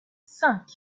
cinq